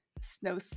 snow